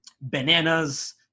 bananas